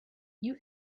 you